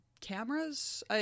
cameras